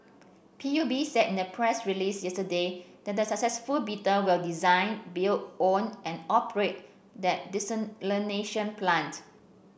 P U B said in a press release yesterday that the successful bidder will design build own and operate the desalination plant